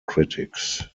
critics